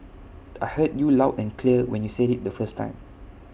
I heard you loud and clear when you said IT the first time